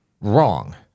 wrong